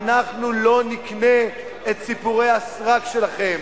אנחנו לא נקנה את סיפורי הסרק שלכם.